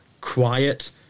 quiet